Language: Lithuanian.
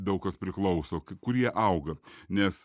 daug kas priklauso kur jie auga nes